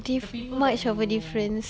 di~ much of a difference